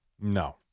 no